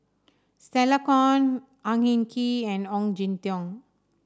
Stella Kon Ang Hin Kee and Ong Jin Teong